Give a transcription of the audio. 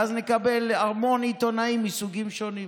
ואז נקבל המון עיתונאים מסוגים שונים.